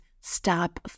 Stop